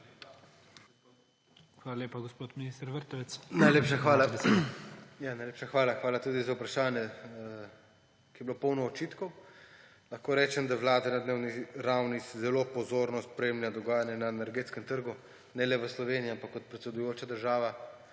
Hvala lepa. Gospod minister Vrtovec, izvolite. JERNEJ VRTOVEC: Najlepša hvala. Hvala tudi za vprašanje, ki je bilo polno očitkov. Lahko rečem, da Vlada na dnevni ravni zelo pozorno spremlja dogajanje na energetskem trgu, ne le v Sloveniji, ampak kot predsedujoča država